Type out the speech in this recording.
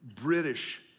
British